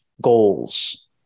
goals